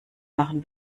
machen